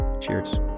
cheers